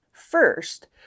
First